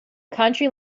country